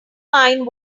mind